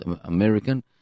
American